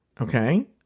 okay